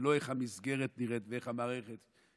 ולא איך המסגרת נראית ואיך המערכת.